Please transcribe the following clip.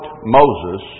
Moses